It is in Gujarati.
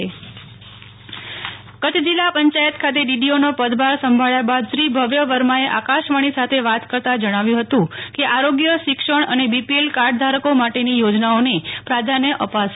નેહલ ઠક્કર કચ્છી ડીડીઓ કચ્છ જિલ્લા પંચાયત ખાતે ડીડીઓનો પદભાર સંભાળ્યા બાદ શ્રી ભવ્ય વર્માએ આકાશવાણી સાથે વાત કરતા જણાવ્યું હતું કે આરોગ્ય શિક્ષણ ને બીપીએલ કાર્ડધારકો માટેની યોજનાઓને પ્રધાન્ય પાશે